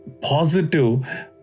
positive